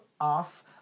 off